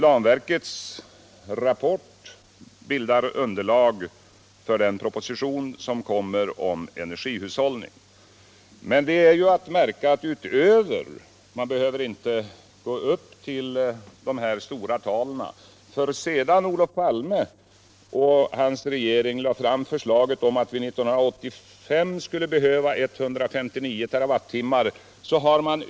Planverkets rapport bildar underlag för en proposition som skall komma om energihushållning, men det är att märka att man inte behöver nå upp till dessa stora tal. Sedan Olof Palme och hans regering lagt fram förslaget om att vi år 1985 skulle komma att behöva 159 terawattimmar har detta behov reviderats.